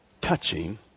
touching